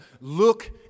look